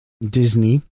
Disney